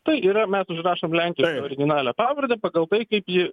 tai yra mes užrašom lenkišką originalią pavardę pagal tai kaip ji